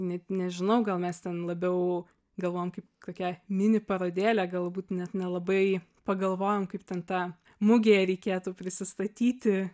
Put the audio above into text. net nežinau gal mes ten labiau galvojom kaip kokia mini parodėlė galbūt net nelabai pagalvojom kaip ten ta mugėje reikėtų prisistatyti